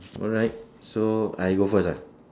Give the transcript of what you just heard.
alright so I go first ah